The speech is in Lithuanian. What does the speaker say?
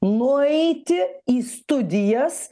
nueiti į studijas